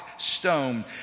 stone